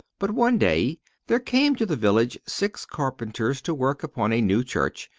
but one day there came to the village six carpenters to work upon a new church,